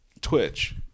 Twitch